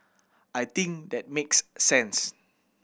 I think that makes sense